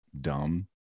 dumb